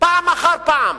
פעם אחר פעם?